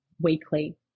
weekly